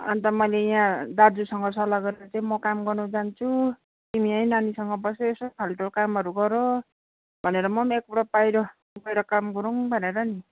अन्त मैले यहाँ दाजुसँग सल्लाह गरेर चाहिँ म काम गर्न जान्छु तिमी यहीँ नानीसँग बसेर यसो फाल्टो कामहरू गर भनेर म पनि एकपल्ट बाहिर गएर काम गरौँ भनेर नि